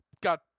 got